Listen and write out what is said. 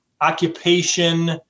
occupation